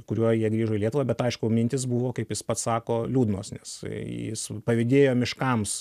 kuriuo jie grįžo į lietuvą bet aišku mintys buvo kaip jis pats sako liūdnos nes jis pavydėjo miškams